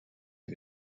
que